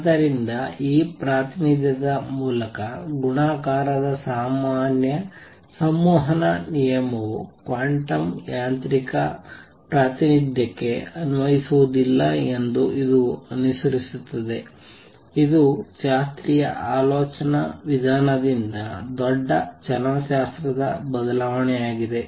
ಆದ್ದರಿಂದ ಈ ಪ್ರಾತಿನಿಧ್ಯದ ಮೂಲಕ ಗುಣಾಕಾರದ ಸಾಮಾನ್ಯ ಸಂವಹನ ನಿಯಮವು ಕ್ವಾಂಟಮ್ ಯಾಂತ್ರಿಕ ಪ್ರಾತಿನಿಧ್ಯಕ್ಕೆ ಅನ್ವಯಿಸುವುದಿಲ್ಲ ಎಂದು ಇದು ಅನುಸರಿಸುತ್ತದೆ ಇದು ಶಾಸ್ತ್ರೀಯ ಆಲೋಚನಾ ವಿಧಾನದಿಂದ ದೊಡ್ಡ ಚಲನಶಾಸ್ತ್ರದ ಬದಲಾವಣೆಯಾಗಿದೆ